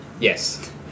Yes